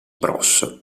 bros